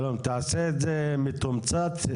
תעשה את זה מתומצת,